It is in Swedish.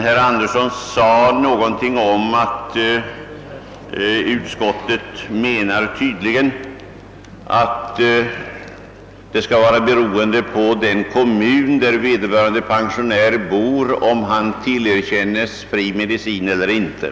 Herr Andersson sade någonting om att utskottet tydligen anser att det skall vara beroende på i vilken kommun vederbörande pensionär bor, om han tillerkänns fri medicin eller inte.